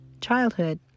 childhood